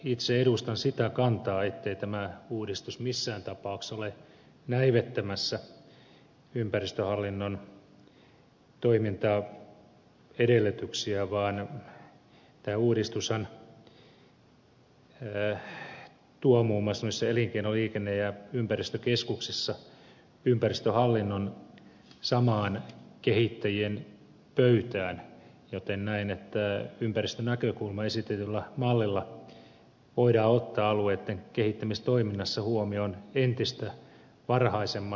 itse edustan sitä kantaa ettei tämä uudistus missään tapauksessa ole näivettämässä ympäristöhallinnon toimintaedellytyksiä vaan että tämä uudistushan tuo esimerkiksi elinkeino liikenne ja ympäristökeskuksissa ympäristöhallinnon samaan kehittäjien pöytään joten näen että ympäristönäkökulma esitetyllä mallilla voidaan ottaa alueitten kehittämistoiminnassa huomioon entistä varhaisemmassa vaiheessa